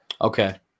Okay